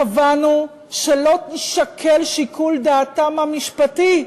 קבענו שלא יישקל שיקול דעתם המשפטי,